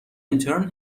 انترن